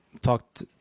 talked